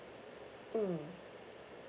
mm